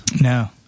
No